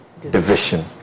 division